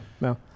No